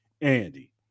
Andy